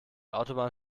autobahn